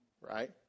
right